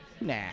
Nah